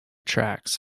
tracks